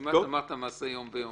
כמעט אמרת מעשה יום ביומו.